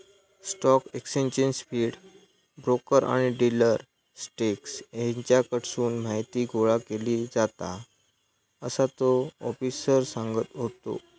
stock exchange feed, broker आणि dealer desk हेच्याकडसून माहीती गोळा केली जाता, असा तो आफिसर सांगत होतो